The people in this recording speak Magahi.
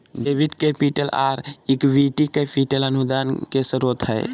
डेबिट कैपिटल, आर इक्विटी कैपिटल अनुदान के स्रोत हय